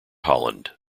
holland